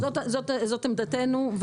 זאת עמדתנו,